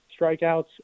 strikeouts